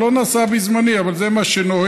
זה לא נעשה בזמני, אבל זה מה שנהוג: